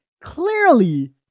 clearly